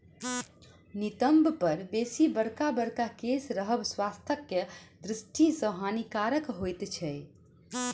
नितंब पर बेसी बड़का बड़का केश रहब स्वास्थ्यक दृष्टि सॅ हानिकारक होइत छै